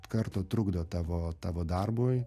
karto trukdo tavo tavo darbui